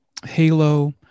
Halo